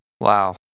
Wow